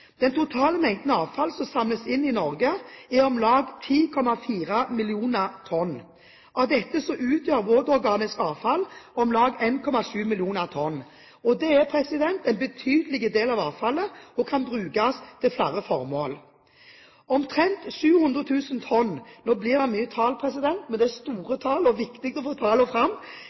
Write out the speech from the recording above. Den totale mengden avfall som samles inn i Norge, er om lag 10,4 millioner tonn. Av dette utgjør våtorganisk avfall om lag 1,7 millioner tonn. Det er en betydelig del av avfallet og kan brukes til flere formål. Omtrent 700 000 tonn – nå blir det mye tall, men det er store tall og det er viktig å få fram tallene – kommer fra industri og